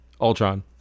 Ultron